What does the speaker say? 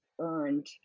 earned